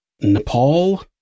Nepal